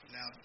Now